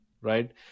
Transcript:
Right